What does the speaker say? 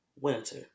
winter